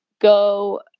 go